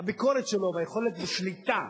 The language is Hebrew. הביקורת שלו והיכולת לשליטה,